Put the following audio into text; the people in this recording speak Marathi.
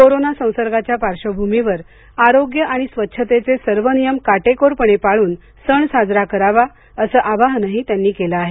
कोरोना संसर्गाच्या पार्श्वभूमीवर आरोग्य आणि स्वच्छतेचे सर्व नियम काटेकोरपणे पाळून सण साजरा करावा असं आवाहनही त्यांनी केलं आहे